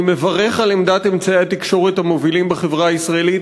אני מברך על עמדת אמצעי התקשורת המובילים בחברה הישראלית,